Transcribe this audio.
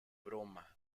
broma